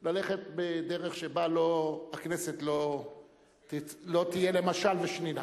צריכים ללכת בדרך שבה הכנסת לא תהיה למשל ושנינה.